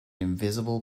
invisible